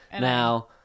now